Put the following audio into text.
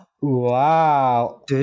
Wow